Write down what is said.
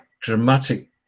dramatic